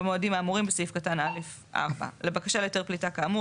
במועדים האמורים בסעיף קטן (א)(4); לבקשה להיתר פליטה כאמור